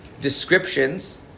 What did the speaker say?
descriptions